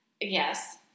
Yes